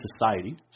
society